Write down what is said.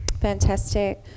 fantastic